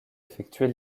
effectuée